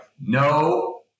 no